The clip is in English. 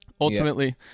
ultimately